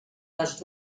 les